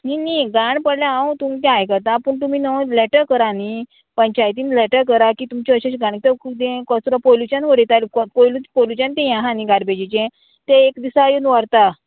न्ही न्ही घाण पडलें हांव तुमचें आयकतां पूण तुमी न्हू लेटर करा न्ही पंचायतीन लॅटर करा की तुमचें अशें घाणीं हें कचरो पोल्युशन वडयताले पोल्यू पोल्युच्यान तें ये हा न्ही गार्बेजीचें तें एक दिसा येवन व्हरता